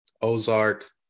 Ozark